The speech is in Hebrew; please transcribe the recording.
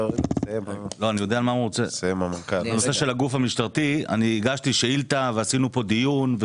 בנושא של הגוף המשטרתי אני הגשתי שאילתה ועשינו כאן דיון.